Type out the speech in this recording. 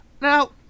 Now